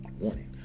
Warning